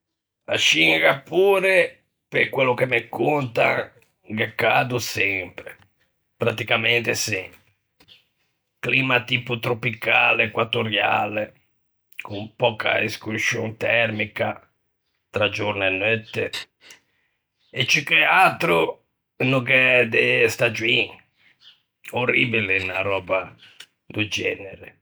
À Scingapore, pe quello che me contan, gh'é cado sempre, pratticamente sempre, climma tipo tropicale equatoriale, con pöca escurscion termica tra giorno e neutte, e ciù atro no gh'é de stagioin. Orribile 'na röba do genere.